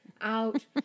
out